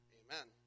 amen